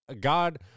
God